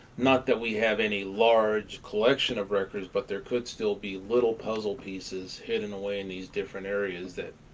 not that we have any large collection of records, but there could still be little puzzle pieces hidden away in these different areas that